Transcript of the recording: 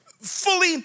fully